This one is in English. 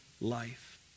life